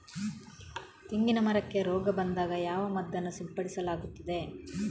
ತೆಂಗಿನ ಮರಕ್ಕೆ ರೋಗ ಬಂದಾಗ ಯಾವ ಮದ್ದನ್ನು ಸಿಂಪಡಿಸಲಾಗುತ್ತದೆ?